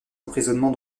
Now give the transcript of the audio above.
emprisonnement